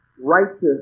righteous